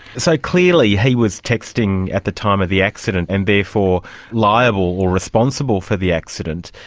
so, clearly he was texting at the time of the accident and therefore liable or responsible for the accident.